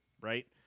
right